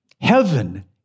heaven